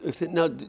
now